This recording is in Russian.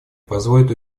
позволят